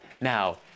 Now